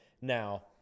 Now